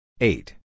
Eight